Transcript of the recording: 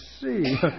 see